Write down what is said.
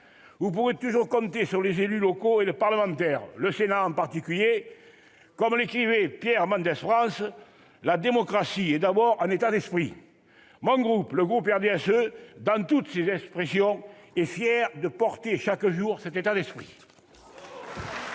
vous pourrez toujours compter sur les élus locaux et les parlementaires, le Sénat en particulier. Comme l'écrivait Pierre Mendès France, « la démocratie est d'abord un état d'esprit ». Le groupe du RDSE, dans toutes ses expressions, est fier de porter chaque jour cet état d'esprit